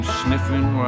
sniffing